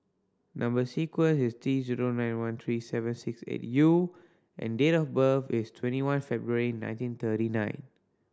number sequence is T zero nine one three seven six eight U and date of birth is twenty one February nineteen thirty nine